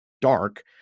dark